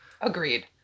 agreed